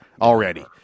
already